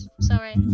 Sorry